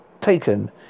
taken